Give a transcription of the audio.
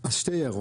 אז שתי הערות,